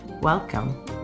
Welcome